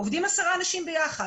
עובדים עשרה אנשים ביחד,